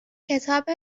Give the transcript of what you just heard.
کتاب